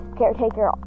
caretaker